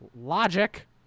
logic